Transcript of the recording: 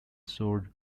sword